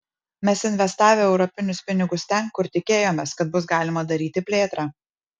mes investavę europinius pinigus ten kur tikėjomės kad bus galima daryti plėtrą